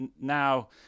now